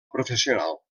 professional